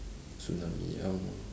tsunami I don't know